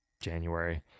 January